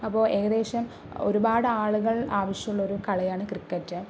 അപ്പോൾ ഏകദേശം ഒരുപാട് ആളുകള് ആവശ്യമുള്ളൊരു കളിയാണ് ക്രിക്കറ്റ്